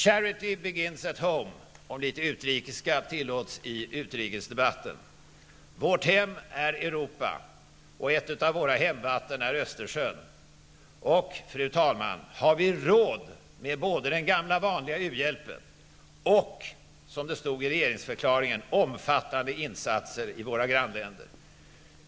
Charity begins at home -- om litet utrikiska tillåts i utrikesdebatten. Vårt hem är Europa och ett av våra hemvatten är Östersjön. Och, fru talman, har vi råd med både den gamla vanliga u-hjälpen och, som det stod i regeringsförklaringen, omfattande insatser i våra grannländer?